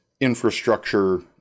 infrastructure